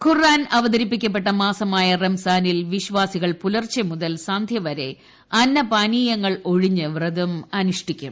ഖുർ an അവതരിപ്പിക്കപ്പെട്ട മാസമായ റംസാനിൽ വിശ്വാസികൾ പുലർച്ചെ മുതൽ സന്ധ്യ വരെ അന്നപാനീയങ്ങൾ ഒഴിഞ്ഞ് വ്രതം അനുഷ്ഠിക്കും